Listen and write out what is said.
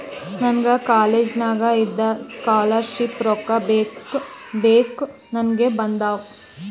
ನನಗ ಕಾಲೇಜ್ನಾಗ್ ಇದ್ದಾಗ ಸ್ಕಾಲರ್ ಶಿಪ್ ರೊಕ್ಕಾ ಚೆಕ್ ನಾಗೆ ಬಂದಾವ್